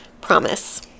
Promise